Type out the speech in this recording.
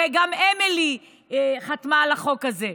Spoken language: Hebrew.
הרי גם אמילי חתמה על החוק הזה,